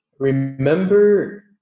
Remember